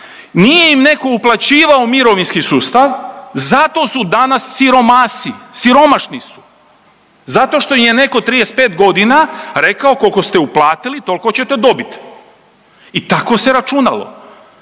nije im neko uplaćivao mirovinski sustav zato su danas siromasi, siromašni su zato što im je netko 35.g. rekao koliko ste uplatili tolko ćete dobit i tako se računalo.